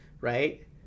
right